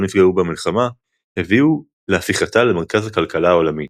נפגעו במלחמה הביאו להפיכתה למרכז הכלכלה העולמית.